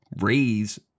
raise